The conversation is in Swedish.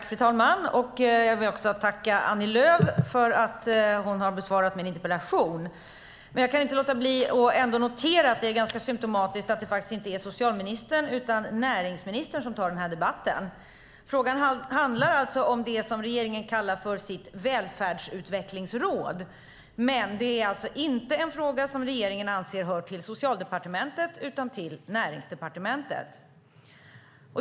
Fru talman! Jag vill tacka Annie Lööf för att hon har besvarat min interpellation. Jag kan ändå inte låta bli att notera att det är ganska symtomatiskt att det inte är socialministern utan näringsministern som tar debatten. Frågan handlar om det som regeringen kallar för sitt välfärdsutvecklingsråd, men det är tydligen inte en fråga som regeringen anser hör till Socialdepartementet, utan till Näringsdepartementet.